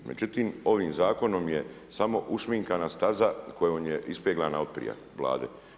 Međutim, ovim zakonom je samo ušminkana staza koja je ispeglana od prije Vlade.